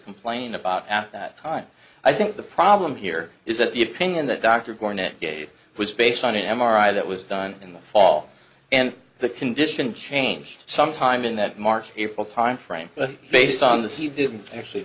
complaining about at that time i think the problem here is that the opinion that dr gordon it gave was based on an m r i that was done in the fall and the condition changed sometime in that march april timeframe but based on the see didn't actually